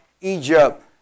Egypt